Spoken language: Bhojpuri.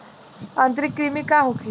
आंतरिक कृमि का होखे?